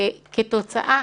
כתוצאה